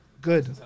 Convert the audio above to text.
good